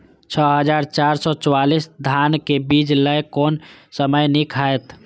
छः हजार चार सौ चव्वालीस धान के बीज लय कोन समय निक हायत?